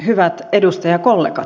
hyvät edustajakollegat